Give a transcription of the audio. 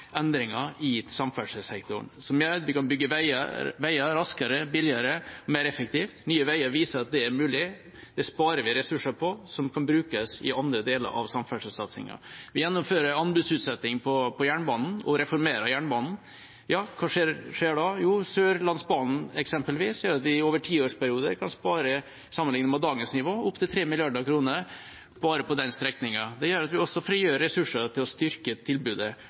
endringer i samferdselssektoren som gjør at vi kan bygge veier raskere, billigere og mer effektivt. Nye Veier viser at det er mulig. Det sparer vi ressurser på, som kan brukes i andre deler av samferdselssatsingen. Vi gjennomfører anbudsutsetting på jernbanen og reformerer jernbanen. Hva skjer da? Jo, Sørlandsbanen, eksempelvis, gjør at vi over en tiårsperiode kan spare – sammenlignet med dagens nivå – opptil 3 mrd. kr bare på den strekningen. Det gjør at vi også frigjør ressurser til å styrke tilbudet.